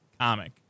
comic